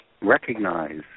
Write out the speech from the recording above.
recognize